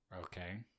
Okay